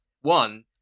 one